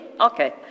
Okay